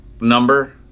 number